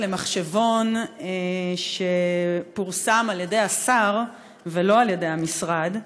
למחשבון שפורסם על ידי השר ולא על ידי המשרד.